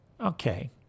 Okay